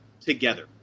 together